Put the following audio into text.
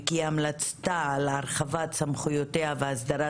וכי המלצתה על הרחבת סמכויותיה והסדרת